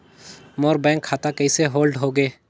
मोर bank खाता कइसे hold होगे?